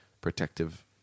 protective